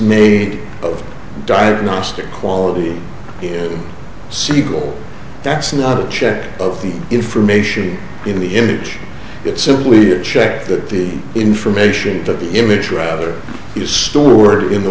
made of diagnostic quality sequel that's not a check of the information in the image it's simply a check that the information of the image rather is stored in the